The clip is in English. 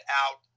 out